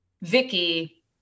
Vicky